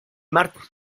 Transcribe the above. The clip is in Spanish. martin